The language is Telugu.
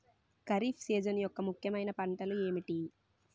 ఖరిఫ్ సీజన్ యెక్క ముఖ్యమైన పంటలు ఏమిటీ?